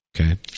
Okay